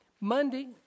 Monday